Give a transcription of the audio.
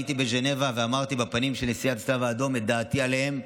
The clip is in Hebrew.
הייתי בז'נבה ואמרתי בפנים של נשיא הצלב האדום את דעתי עליהם.